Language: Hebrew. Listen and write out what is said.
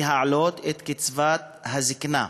להעלות את קצבת הזיקנה,